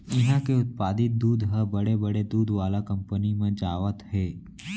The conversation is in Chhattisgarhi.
इहां के उत्पादित दूद ह बड़े बड़े दूद वाला कंपनी म जावत हे